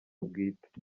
bwite